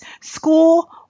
school